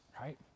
right